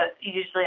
usually